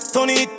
Tony